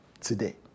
today